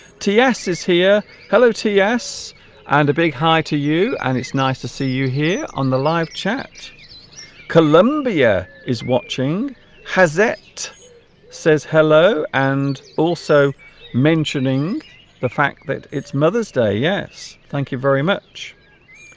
ts is here hello ts and a big hi to you and it's nice to see you here on the live chat colombia is watching has it says hello and also mentioning the fact that it's mother's day yes thank you very much